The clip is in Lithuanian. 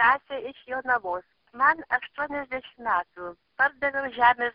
stasė iš jonavos man aštuoniasdešimt metų pardaviau žemės